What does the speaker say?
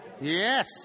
Yes